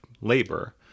labor